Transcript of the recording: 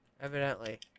Evidently